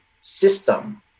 system